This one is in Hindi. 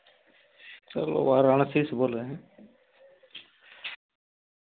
सर वाराणसी से बोल रहे हैं